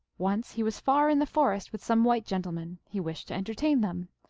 once he was far in the forest with some white gentlemen he wished to entertain them.